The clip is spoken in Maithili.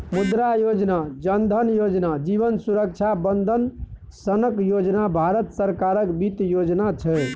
मुद्रा योजना, जन धन योजना, जीबन सुरक्षा बंदन सनक योजना भारत सरकारक बित्तीय योजना छै